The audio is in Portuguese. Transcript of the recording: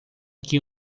que